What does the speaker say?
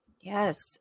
Yes